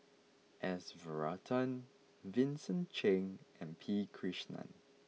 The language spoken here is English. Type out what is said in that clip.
S Varathan Vincent Cheng and P Krishnan